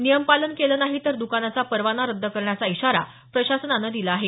नियम पालन केलं नाही तर द्कानाचा परवाना रद्द करण्याचा इशारा प्रशासनानं दिला आहे